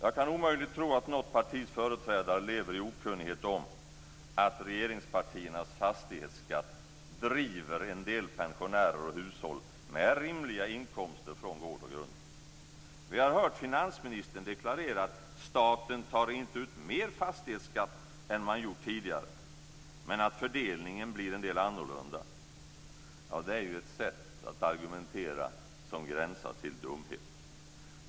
Jag kan omöjligt tro att något partis företrädare lever i okunnighet om att regeringspartiernas fastighetsskatt driver en del pensionärer och hushåll med rimliga inkomster från gård och grund. Vi har hört finansministern deklarera att staten inte tar ut mer fastighetsskatt än man gjort tidigare men att fördelningen blir lite annorlunda. Det är ju ett sätt att argumentera som gränsar till dumhet.